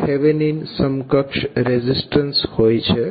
Thevenin સમકક્ષ resistance હોય છે